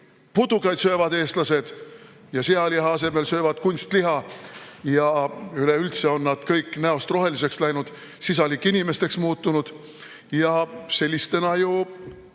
Eestlased söövad putukaid ja sealiha asemel söövad kunstliha ja üleüldse on nad kõik näost roheliseks läinud, sisalikinimesteks muutunud ja sellistena on